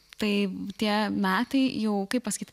tai tie metai jau kaip pasakyt